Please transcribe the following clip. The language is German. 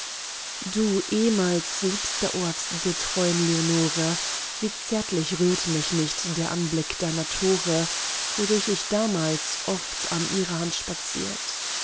du ehmals liebster ort der treuen leonore wie zärtlich rührt mich nicht der anblick deiner tore wodurch ich damals oft an ihrer hand spaziert